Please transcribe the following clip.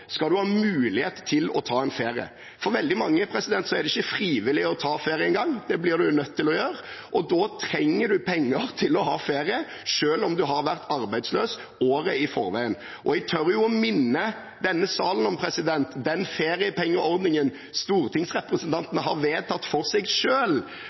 skal ha mulighet til å ta en ferie. For veldig mange er det ikke frivillig å ta ferie engang. Det blir man nødt til å ta, og da trenger man penger til å ha ferie, selv om man har vært arbeidsløs året i forveien. Jeg tør minne denne salen om den feriepengeordningen